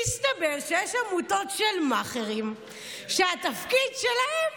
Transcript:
מסתבר שיש עמותות של מאכערים שהתפקיד שלהן